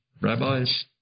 rabbis